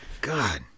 God